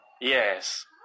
Yes